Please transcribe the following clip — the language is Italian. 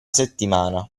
settimana